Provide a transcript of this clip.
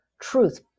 truth